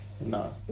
No